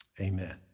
Amen